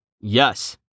Yes